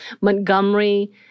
Montgomery